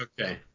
Okay